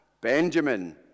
Benjamin